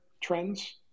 trends